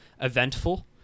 eventful